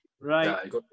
Right